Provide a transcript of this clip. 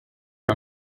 nta